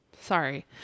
Sorry